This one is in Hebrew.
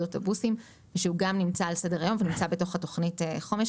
אוטובוסים שגם נמצא על סדר היום ונמצא בתוך תוכנית החומש,